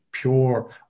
pure